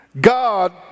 God